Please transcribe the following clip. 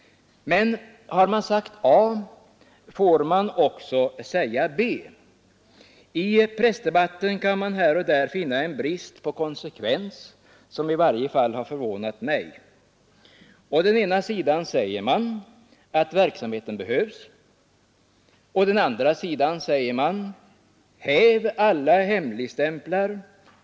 Men har man sagt A får man också säga B. I pressdebatten kan man här och där finna en brist på konsekvens som i varje fall har förvånat mig. Å den ena sidan säger man att verksamheten behövs, å den andra sidan säger man: ”Häv alla hemligstämplar!